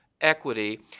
equity